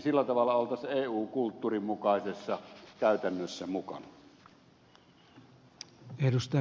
sillä tavalla oltaisiin eu kulttuurin mukaisessa käytännössä mukana